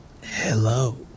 Hello